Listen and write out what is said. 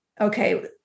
okay